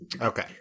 okay